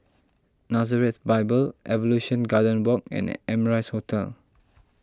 Nazareth Bible Evolution Garden Walk and Amrise Hotel